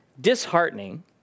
disheartening